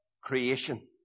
creation